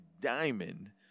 diamond